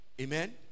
Amen